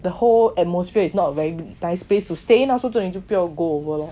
the whole atmosphere is not a very nice place to stay mah so zheng ming 就不要 go over lor